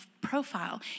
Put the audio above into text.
profile